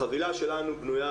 החבילה שלנו בנויה